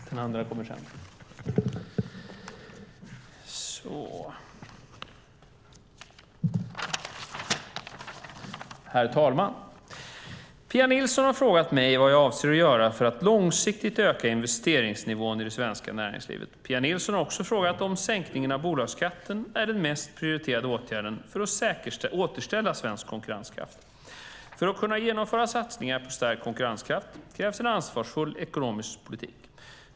Herr talman! Pia Nilsson har frågat mig vad jag avser att göra för att långsiktigt öka investeringsnivån i det svenska näringslivet. Pia Nilsson har också frågat mig om sänkningen av bolagsskatten är den mest prioriterade åtgärden för att återställa svensk konkurrenskraft. För att kunna genomföra satsningar på stärkt konkurrenskraft krävs en ansvarsfull ekonomisk politik.